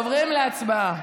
עוברים להצבעה.